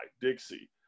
Dixie